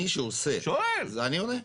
מי שעושה, אני עונה.